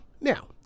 Now